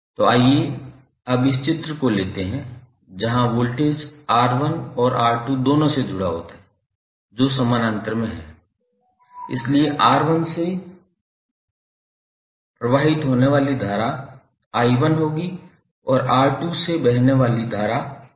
तो आइए अब इस चित्र को लेते हैं जहाँ वोल्टेज R1 और R2 दोनों से जुड़ा होता है जो समानांतर में हैं इसलिए R1 से प्रवाहित होने वाली धारा i1 होगी और R2 से होकर बहने वाली धारा i2 होगी